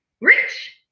rich